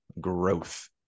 growth